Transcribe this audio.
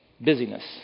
Busyness